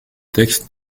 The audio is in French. texte